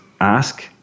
ask